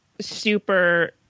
super